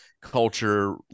culture